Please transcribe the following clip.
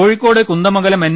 Kozhikode Kunnamangalam N